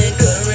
good